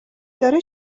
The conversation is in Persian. داره